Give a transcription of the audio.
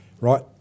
right